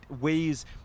ways